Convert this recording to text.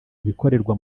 ibikorerwa